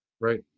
Right